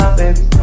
baby